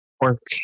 work